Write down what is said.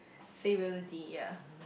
stability ya